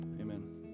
Amen